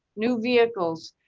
new vehicles,